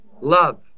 Love